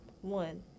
One